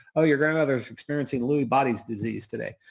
oh, your grandmother's experiencing lewy bodies disease today.